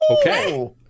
Okay